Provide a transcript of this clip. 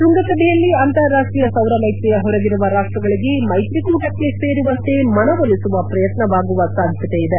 ಕೃಂಗಸಭೆಯಲ್ಲಿ ಅಂತಾರಾಷ್ಷೀಯ ಸೌರ ಮೈತ್ರಿಯ ಹೊರಗಿರುವ ರಾಷ್ಟಗಳಗೆ ಮೈತ್ರಿ ಕೂಟಕ್ಕೆ ಸೇರುವಂತೆ ಮನವೊಲಿಸುವ ಪ್ರಯತ್ನವಾಗುವ ಸಾಧ್ಯತೆ ಇದೆ